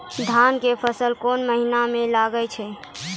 धान के फसल कोन महिना म लागे छै?